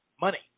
money